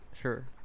Sure